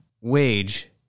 wage